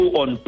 on